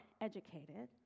educated